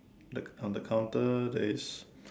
like on the counter there is